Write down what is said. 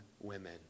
women